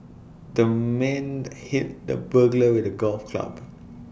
the man hit the burglar with A golf club